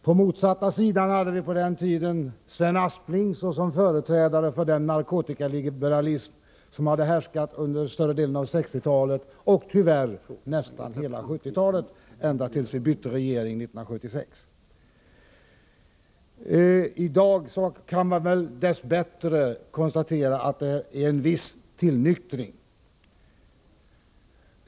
På motsatta sidan hade vi på den tiden Sven Aspling såsom företrädare för den narkotikaliberalism som hade härskat under större delen av 1960-talet och tyvärr nästan hela 1970-talet, ända tills vi bytte regering 1976. I dag kan man dess bättre konstatera en viss tillnyktring.